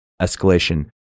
escalation